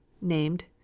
named